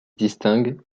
distingue